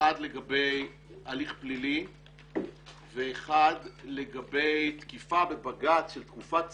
אחת לגבי הליך פלילי ואחת לגבי תקיפה בבג"צ של תקופת צינון,